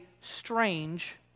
strange